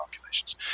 populations